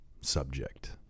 subject